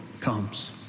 comes